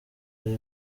ari